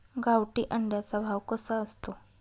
गावठी अंड्याचा भाव कसा असतो?